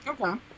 Okay